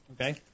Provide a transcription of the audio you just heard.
Okay